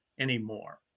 anymore